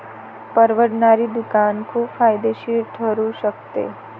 परवडणारे दुकान खूप फायदेशीर ठरू शकते